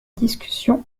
discussion